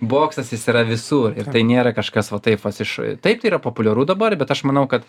boksas jis yra visur ir tai nėra kažkas va taip vat iš taip tai yra populiaru dabar bet aš manau kad